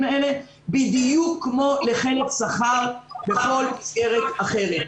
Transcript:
האלה בדיוק כמו לחלף שכר בכל מסגרת אחרת.